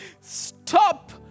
stop